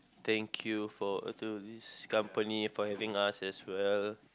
thank you for to this company for having us as well